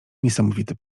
niesamowity